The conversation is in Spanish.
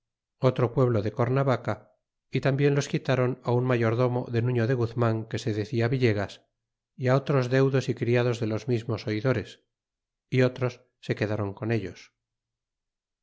otro pueblo de coimabaca y tambien los quitáron á un mayordomo de nutio de guzman que se decia villegas y á otros deudos y criados de los mismes oidores y otros se quedáron con ellos